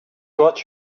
what